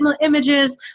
images